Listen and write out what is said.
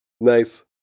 Nice